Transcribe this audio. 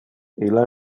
illa